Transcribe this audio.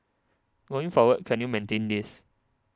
going forward can you maintain this